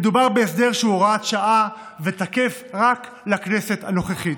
מדובר בהסדר שהוא הוראת שעה ותקף רק לכנסת הנוכחית.